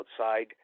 outside